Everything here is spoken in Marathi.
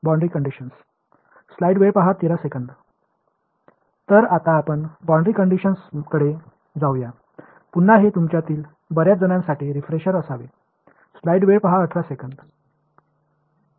तर आता आपण बाऊंड्री कंडिशन्सकडे जाऊया पुन्हा हे तुमच्यातील बर्याच जणांसाठी रीफ्रेशर असावे